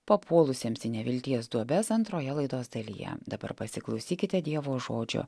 papuolusiems į nevilties duobes antroje laidos dalyje dabar pasiklausykite dievo žodžio